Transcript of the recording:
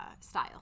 style